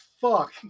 fuck